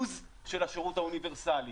abuse של השירות האוניברסלי.